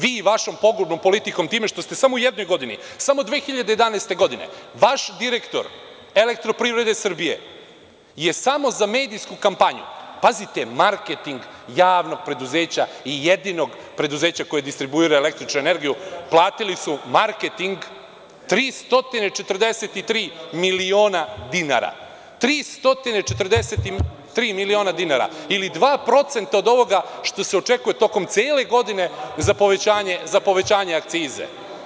Vi vašom pogubnom politikom, time što ste samo u jednoj godini, samo 2011. godine, vaš direktor Elektroprivrede Srbije, samo je za medijsku kampanju, pazite, marketing javnog preduzeća i jedinog preduzeća koje distribuira električnu energiju, platili su marketing 343 miliona dinara, 343 miliona dinara ili 2% od ovoga što se očekuje tokom cele godine za povećanje akcize.